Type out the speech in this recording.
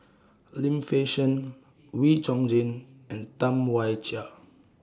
Lim Fei Shen Wee Chong Jin and Tam Wai Jia